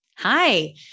Hi